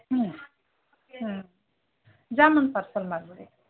ಹ್ಞೂ ಹ್ಞೂ ಜಾಮೂನ್ ಪಾರ್ಸಲ್ ಮಾಡ್ಬಿಡಿ